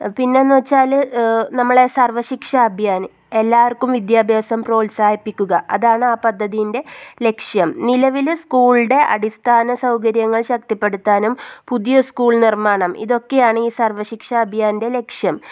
പിന്നെ എന്ന് വച്ചാൽ നമ്മളെ സർവ്വ ശിക്ഷാ അഭിയാൻ എല്ലാവർക്കും വിദ്യാഭ്യാസം പ്രോത്സാഹിപ്പിക്കുക അതാണ് ആ പദ്ധതിൻ്റെ ലക്ഷ്യം നിലവിലെ സ്കൂളിൻ്റെ അടിസ്ഥാന സൗകര്യങ്ങൽ ശക്തിപ്പെടുത്താനും പുതിയ സ്കൂൾ നിർമ്മാണം ഇതൊക്കെയാണ് ഈ സർവ്വ ശിക്ഷ അഭിയാൻ്റെ ലക്ഷ്യം